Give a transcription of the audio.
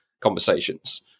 conversations